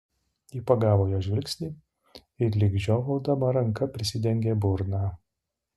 ji pagavo jo žvilgsnį ir lyg žiovaudama ranka prisidengė burną